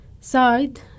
side